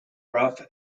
rough